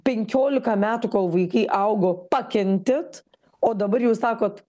penkiolika metų kol vaikai augo pakentėt o dabar jau sakot